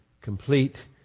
complete